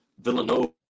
Villanova